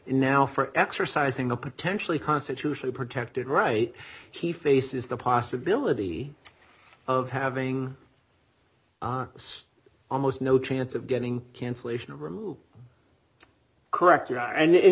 in now for exercising a potentially constitutionally protected right he faces the possibility of having almost no chance of getting cancellation removal correct